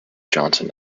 johnson